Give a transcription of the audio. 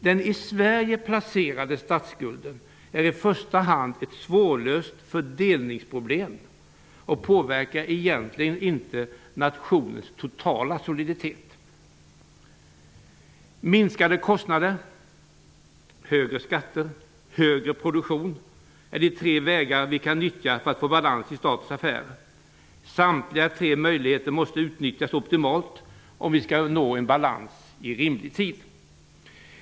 Den i Sverige placerade statsskulden utgör i första hand ett svårlöst fördelningsproblem och påverkar egentligen inte nationens totala soliditet. Minskade kostnader, högre skatter och större produktion är de tre vägar vi kan utnyttja för att få balans i statens affärer. Samtliga tre möjligheter måste utnyttjas optimalt om vi skall nå balans inom rimlig tid.